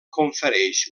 confereix